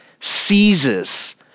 seizes